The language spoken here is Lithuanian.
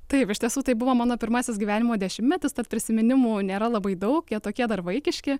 taip iš tiesų tai buvo mano pirmasis gyvenimo dešimtmetis tad prisiminimų nėra labai daug jie tokie dar vaikiški